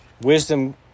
wisdom